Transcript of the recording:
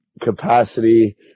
capacity